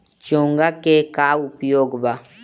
चोंगा के का उपयोग बा?